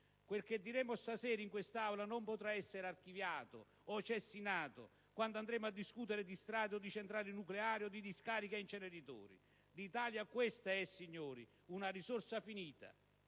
Quel che diremo stasera in quest'Aula non potrà essere archiviato o cestinato, quando andremo a discutere di strade o di centrali nucleari, o di discariche e inceneritori. L'Italia questo è, signori: